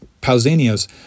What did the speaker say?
Pausanias